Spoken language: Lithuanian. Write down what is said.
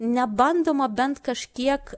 nebandoma bent kažkiek